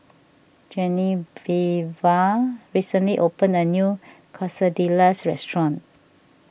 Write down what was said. Genoveva recently opened a new Quesadillas restaurant